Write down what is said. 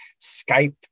Skype